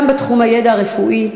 גם בתחום הידע הרפואי,